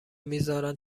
میزارن